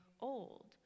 old